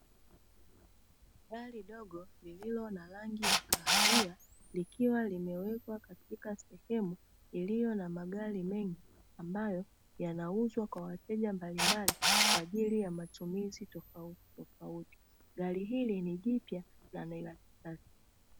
Gari dogo lililo na rangi ya kahawia likiwa limewekwa katika sehemu iliyo na magari mengi ambayo yanauzwa kwa wateja mbalimbali kwa ajili ya matumizi tofautitofauti. Gari hili ni jipya na ni la kisasa.